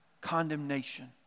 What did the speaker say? condemnation